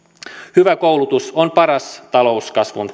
hyvä koulutus on paras talouskasvun